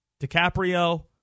DiCaprio